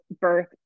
birth